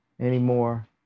anymore